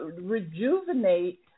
rejuvenate